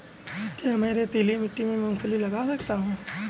क्या मैं रेतीली मिट्टी में मूँगफली लगा सकता हूँ?